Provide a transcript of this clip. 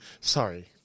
Sorry